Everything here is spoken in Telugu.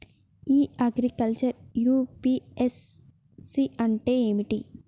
ఇ అగ్రికల్చర్ యూ.పి.ఎస్.సి అంటే ఏమిటి?